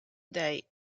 dei